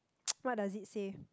what does it say